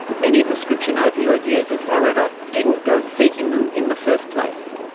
many prescription opioid users, however, didn't go seeking them in the first place.